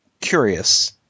curious